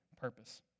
purpose